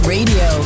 Radio